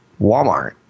Walmart